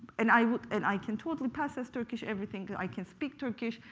and i and i can totally pass as turkish, everything. i can speak turkish.